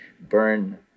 burn